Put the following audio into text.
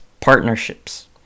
partnerships